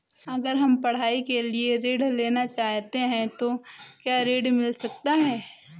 अगर हम पढ़ाई के लिए ऋण लेना चाहते हैं तो क्या ऋण मिल सकता है?